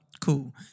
Cool